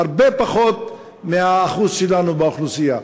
הרבה פחות מהאחוז שלנו באוכלוסייה.